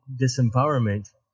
disempowerment